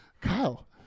Kyle